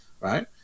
right